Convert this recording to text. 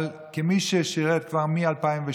אבל אני שירתי כבר מ-2003